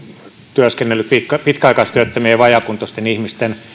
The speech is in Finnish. työskennellyt pitkäaikaistyöttömien ja vajaakuntoisten ihmisten